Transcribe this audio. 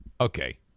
Okay